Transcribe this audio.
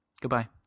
Goodbye